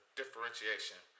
differentiation